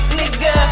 nigga